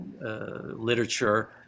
literature